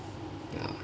ya